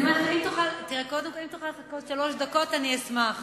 אם תוכל לחכות שלוש דקות אשמח.